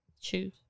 Choose